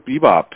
bebop